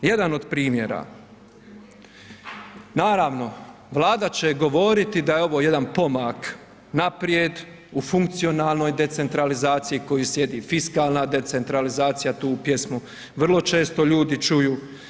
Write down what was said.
Jedan od primjera, naravno Vlada će govoriti da je ovo jedan pomak naprijed u funkcionalnoj decentralizaciji koju slijedi fiskalna decentralizacija, tu pjesmu vrlo često ljudi čuju.